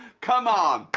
come on.